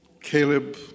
Caleb